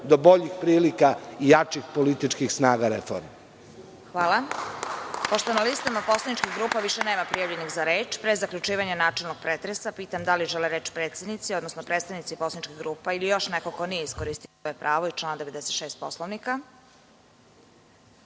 da boljih prilika i jačih političkih snaga reforme. **Vesna Kovač** Pošto na listama poslaničkih grupa više nema prijavljenih za reč, pre zaključivanja načelnog pretresa, pitam da li žele reč predsednici, odnosno predstavnici poslaničkih grupa ili još neko ko nije iskoristio svoje pravo iz člana 96. Poslovnika? Da